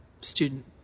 student